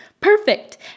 Perfect